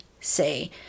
say